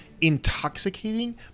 intoxicating